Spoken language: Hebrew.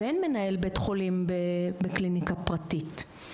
ואין מנהל בית חולים בקליניקה פרטית.